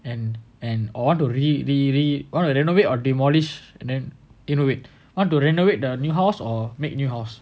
and and or want to re~ re~ re~ want to renovate or demolish then innovate want to renovate the new house or make new house